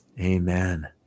amen